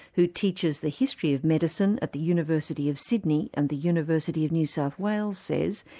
who teaches the history of medicine at the university of sydney and the university of new south wales, says,